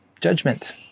judgment